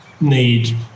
Need